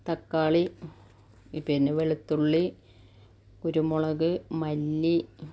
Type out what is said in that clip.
തക്കാളീം പിന്നെ വെളുത്തുള്ളി കരുമുളക് മല്ലി